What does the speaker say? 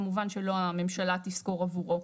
כמובן שלא הממשלה תשכור עבורו.